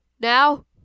Now